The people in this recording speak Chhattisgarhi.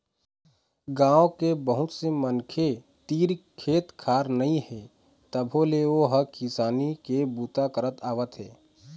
गाँव के बहुत से मनखे तीर खेत खार नइ हे तभो ले ओ ह किसानी के बूता करत आवत हे